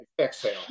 exhale